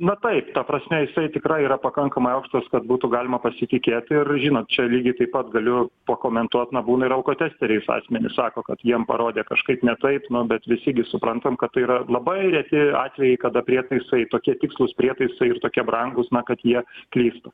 na taip ta prasme jisai tikrai yra pakankamai aukštas kad būtų galima pasitikėt ir žinot čia lygiai taip pat galiu pakomentuot na būna ir alkotesteriais asmenys sako kad jiem parodė kažkaip ne taip nu bet visi gi suprantam kad tai yra labai reti atvejai kada prietaisai tokie tikslūs prietaisai ir tokie brangūs na kad jie klystų